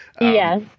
Yes